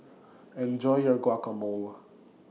Enjoy your Guacamole